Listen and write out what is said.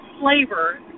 flavor